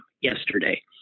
yesterday